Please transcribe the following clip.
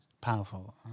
powerful